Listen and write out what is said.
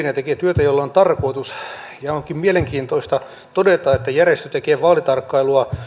ja tekee työtä jolla on tarkoitus onkin mielenkiintoista todeta että järjestö tekee vaalitarkkailua